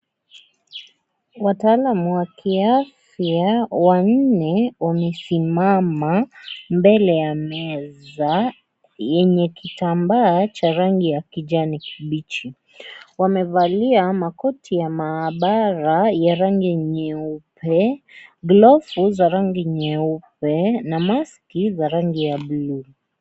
Wataalum wa kiafya wanne wamesimama mbele ya meza yenye kitambaa cha rangi ya kijani kibichi, wamevalia makoti ya maabara ya rangi nyeupe, glovu za rangi nyeupe na maski za rangi ya buluu.